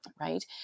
right